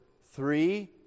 three